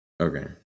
Okay